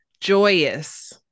joyous